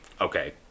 okay